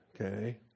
Okay